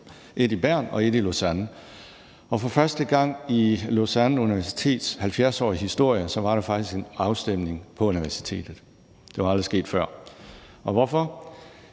et i Bern og et i Lausanne. Og for første gang i Lausanne Universitets 70-årige historie var der faktisk en afstemning på universitetet – det var aldrig sket før. Hvorfor?